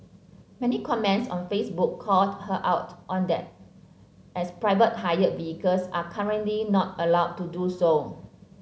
many comments on Facebook called her out on that as private hire vehicles are currently not allowed to do so